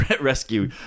Rescue